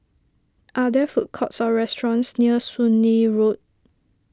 are there food courts or restaurants near Soon Lee Road